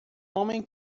homem